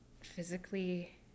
physically